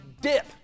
dip